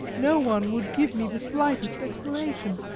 no one would give me the slightest explanation.